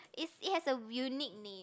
is it has a unique name